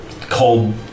cold